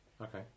Okay